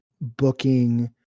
booking